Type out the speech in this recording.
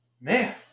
man